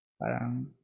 parang